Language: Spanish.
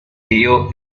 tío